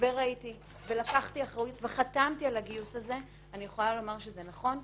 וראיתי ולקחתי אחריות וחתמתי על הגיוס הזה אני יכולה לומר שזה נכון.